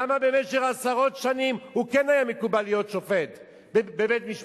למה במשך עשרות שנים הוא כן היה מקובל להיות שופט בבית-משפט?